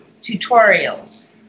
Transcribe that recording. tutorials